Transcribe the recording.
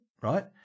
right